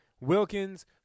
Wilkins